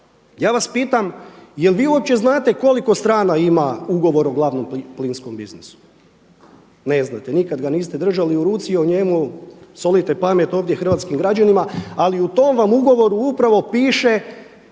ja vas pitam jel' vi uopće znate koliko strana ima Ugovor o glavnom plinskom biznisu? Ne znate, nikad ga niste držali u ruci. O njemu solite pamet ovdje hrvatskim građanima, ali u tom vam ugovoru upravo piše